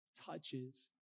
touches